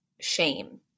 shame